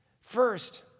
First